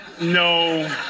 no